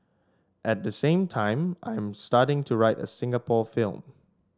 at the same time I am starting to write a Singapore film